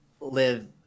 live